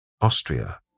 Austria